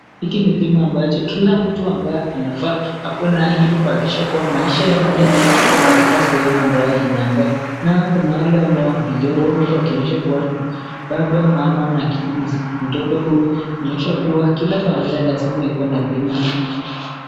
Hiki ni bima ambacho kila mtu ambaye anafaa akuwe nayo ili kuhakikisha kuwa maisha yake iko katika sehemu ambayo inafaa. Nayo kuna wale ambao wamechorwa huku wakionyesha kuwa ni baba, mama na mtoto huyu ikionyesha kuwa kila familia lazima ikuwe na bima hii.